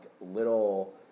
little